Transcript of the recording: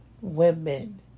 women